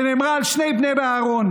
שנאמרה על שני בני אהרון?